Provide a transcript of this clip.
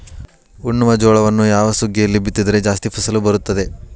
ಉಣ್ಣುವ ಜೋಳವನ್ನು ಯಾವ ಸುಗ್ಗಿಯಲ್ಲಿ ಬಿತ್ತಿದರೆ ಜಾಸ್ತಿ ಫಸಲು ಬರುತ್ತದೆ?